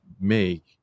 make